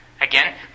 Again